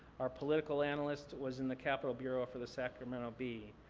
our political analyst was in the capitol bureau for the sacramento bee.